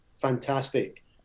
fantastic